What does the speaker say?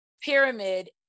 Pyramid